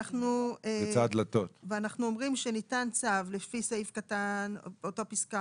אנחנו אומרים שניתן צו לפי סעיף קטן (א).